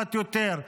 קצת יותר,